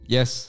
Yes